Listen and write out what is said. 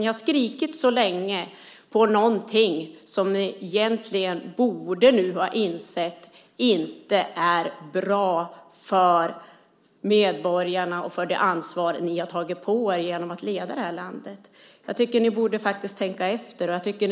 Ni har skrikit länge på någonting som ni egentligen borde inse inte är bra för medborgarna eller för det ansvar ni tagit på er för att leda det här landet. Jag tycker att ni faktiskt borde tänka efter.